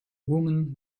woman